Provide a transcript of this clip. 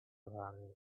hanging